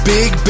Big